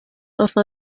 offer